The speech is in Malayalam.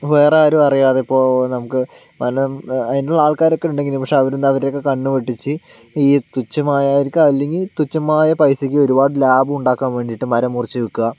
വേറെ ആരും അറിയാതെ ഇപ്പോൾ നമുക്ക് വനം അതിനുള്ള ആൾക്കാരൊക്കെ ഉണ്ടെങ്കിലും പക്ഷെ അവരെന്താണ് അവരുടെ ഒക്കെ കണ്ണ് വെട്ടിച്ച് ഈ തുച്ഛമായർക്ക് അല്ലെങ്കിൽ തുച്ഛമായ പൈസയ്ക്ക് ഒരുപാട് ലാഭം ഉണ്ടാക്കാൻ വേണ്ടീട്ടു മരം മുറിച്ച് വിൽക്കുക